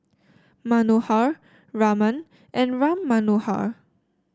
Manohar Raman and Ram Manohar